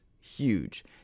huge